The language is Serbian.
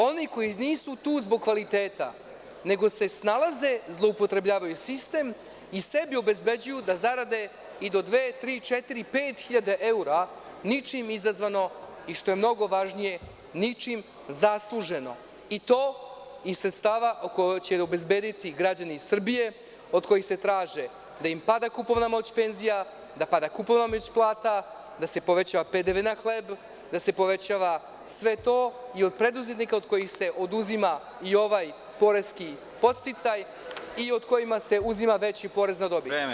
Oni koji nisu tu zbog kvaliteta, nego se snalaze, zloupotrebljavaju sistem i sebi obezbeđuju da zarade i do dve, tri, četiri, pet hiljada evra, ničim izazvano i što je mnogo važnije, ničim zasluženo i to iz sredstava koja će obezbediti građani Srbije, od kojih se traži da pada kupovna moć penzija, da pada kupovna moć plata, da se povećava PDV na hleb, da se povećava sve to, i od preduzetnika od kojih se oduzima i ovaj poreski podsticaj i od kojih se uzima veći porez na dobit.